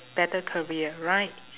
better career right